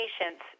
patients